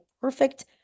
perfect